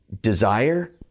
desire